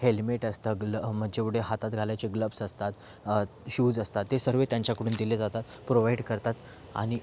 helmet असतं ग्ल मग जेवढे हातात घालायचे ग्लब्ज असतात शूज असतात ते सर्व त्यांच्याकडून दिले जातात प्रोवाइड करतात आणि